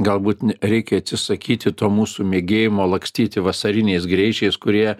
galbūt ne reikia atsisakyti to mūsų mėgėjimo lakstyti vasariniais greičiais kurie